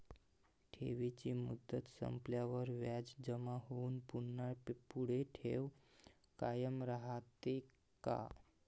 ठेवीची मुदत संपल्यावर व्याज जमा होऊन पुन्हा पुढे ठेव कायम राहते का?